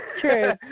True